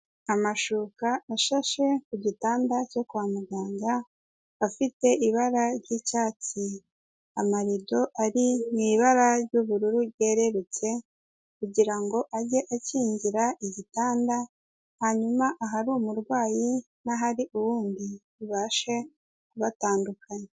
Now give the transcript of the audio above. Amashuka ashashe ku gitanda cyo kwa muganga afite ibara ry'icyatsi. Amarido ari mu ibara ry'ubururu ryererutse, kugira ngo ajye akingira igitanda, hanyuma ahari umurwayi n'ahari uwundi bibashe kubatandukanya.